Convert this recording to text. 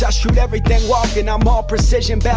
yeah shoot everything walking, i'm all precision, bad